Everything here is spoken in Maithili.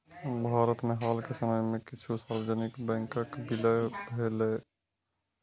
भारत मे हाल के समय मे किछु सार्वजनिक बैंकक विलय भेलैए